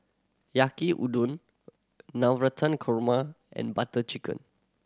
Yaki Udon Navratan Korma and Butter Chicken